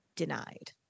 denied